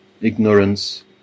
ignorance